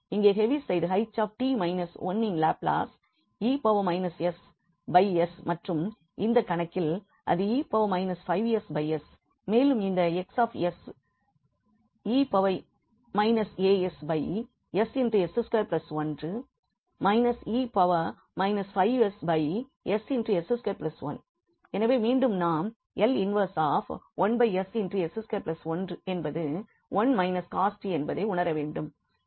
இங்கு ஹேவிசைடு 𝐻𝑡 − 1 இன் Laplace e ss மற்றும் இந்த கணக்கில் அது e 5ss மேலும் இந்த 𝑋𝑠 e asss21 e 5sss21 எனவே மீண்டும் நாம் L 11ss21 என்பது 1 − cos 𝑡 என்பதை உணர வேண்டும்